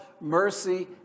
mercy